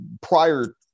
prior